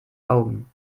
augen